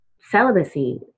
celibacy